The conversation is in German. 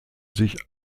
sich